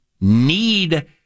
need